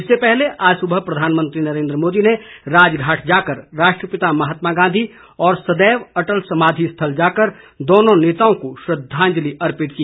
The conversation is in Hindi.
इससे पहले आज सुबह प्रधानमंत्री नरेन्द्र मोदी ने राजघाट जाकर राष्ट्रपिता महात्मा गांधी और सदैव अटल स्माधि स्थल जाकर दोनों नेताओं को श्रद्धांजलि अर्पित की